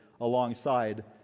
alongside